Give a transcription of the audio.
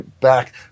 back